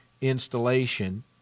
installation